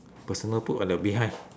personal put at the behind